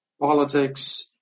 politics